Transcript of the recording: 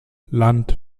land